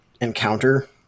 encounter